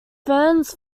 ferns